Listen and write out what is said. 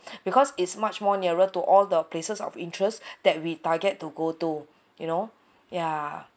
because it's much more nearer to all the places of interest that we target to go to you know ya